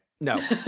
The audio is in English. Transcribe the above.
No